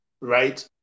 right